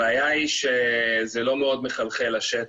הבעיה היא שזה לא מאוד מחלחל לשטח.